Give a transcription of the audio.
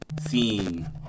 scene